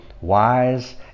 wise